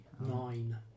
Nine